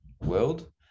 world